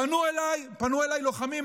פנו אליי לוחמים,